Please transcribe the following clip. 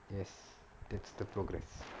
yes that's the progress